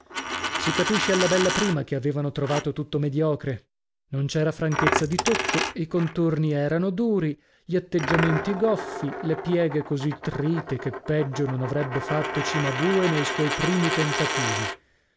si capisce alla bella prima che avevano trovato tutto mediocre non c'era franchezza di tocco i contorni erano duri gli atteggiamenti goffi le pieghe così trite che peggio non avrebbe fatto cimabue nei suoi primi tentativi